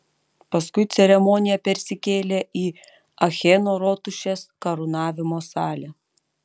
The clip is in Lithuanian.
paskui ceremonija persikėlė į acheno rotušės karūnavimo salę